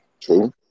True